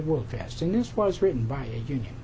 it was fast and this was written by a huge